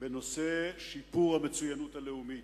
בנושא שיפור המצוינות הלאומית.